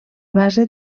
base